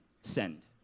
send